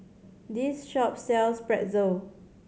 this shop sells Pretzel